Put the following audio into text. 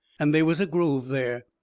and they was a grove there.